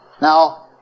Now